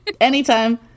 anytime